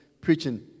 preaching